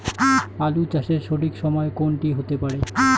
আলু চাষের সঠিক সময় কোন টি হতে পারে?